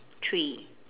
three